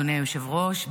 אדוני היושב-ראש,